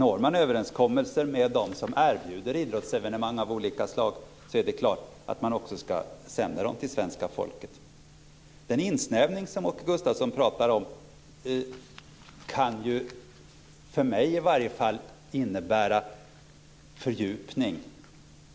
Om man når överenskommelser med dem som erbjuder idrottsevenemang av olika slag är det klart att man också ska sända dem till svenska folket. Den insnävning som Åke Gustavsson pratar om kan, åtminstone för mig, innebära en fördjupning.